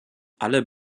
alle